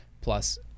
plus